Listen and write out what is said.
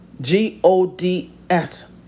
G-O-D-S